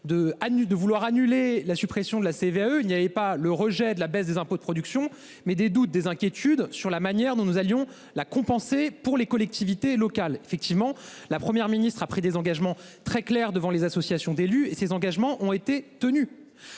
de vouloir annuler la suppression de la CVAE. Il n'y avait pas le rejet de la baisse des impôts de production, mais des doutes, des inquiétudes sur la manière dont nous allions la compensée pour les collectivités locales effectivement la Première ministre a pris des engagements très clairs devant les associations d'élus et ses engagements ont été tenus